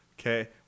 Okay